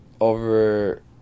over